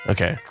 Okay